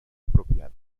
apropiada